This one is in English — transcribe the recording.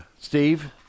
Steve